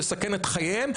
לסכן את חייהם,